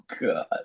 God